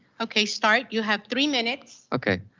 okay start you'll have three minutes. okay.